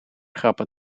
grappen